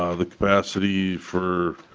ah the capacity for